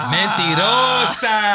Mentirosa